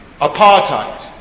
Apartheid